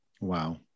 Wow